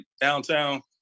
downtown